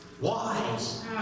wise